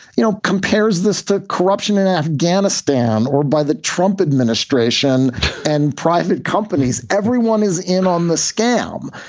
you know, compares this to corruption in afghanistan or by the trump administration and private companies. everyone is in on the scam.